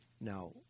Now